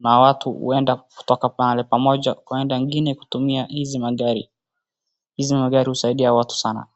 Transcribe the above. na watu huenda kutoka pahali pamoja kwenda kwingine kutumia hizi magari. Hizi magari husaidia watu sana.